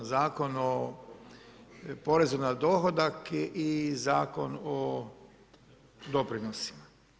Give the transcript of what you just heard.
Zakon o porezu na dohodak i Zakon o doprinosima.